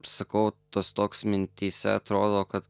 sakau tas toks mintyse atrodo kad